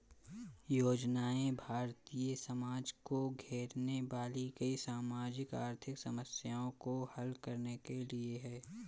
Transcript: योजनाएं भारतीय समाज को घेरने वाली कई सामाजिक आर्थिक समस्याओं को हल करने के लिए है